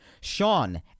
Sean